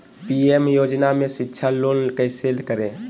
PM योजना में शिक्षा लोन कैसे करें?